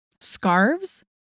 Scarves